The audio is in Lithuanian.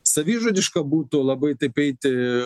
savižudiška būtų labai taip eiti